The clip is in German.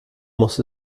muss